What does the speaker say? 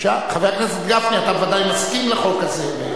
חבר הכנסת גפני, אתה ודאי מסכים לחוק הזה.